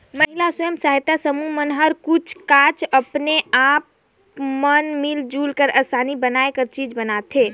महिला स्व सहायता समूह मन हर कुछ काछ अपने अपन मन मिल जुल के आनी बानी कर चीज बनाथे